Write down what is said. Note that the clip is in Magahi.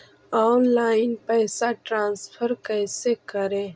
ऑनलाइन पैसा ट्रांसफर कैसे करे?